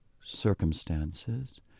circumstances